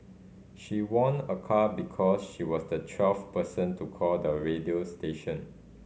she won a car because she was the twelfth person to call the radio station